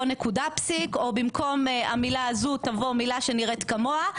נקודה-פסיק או במקום המילה הזו תבוא מילה שנראית כמוה.